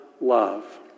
love